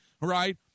right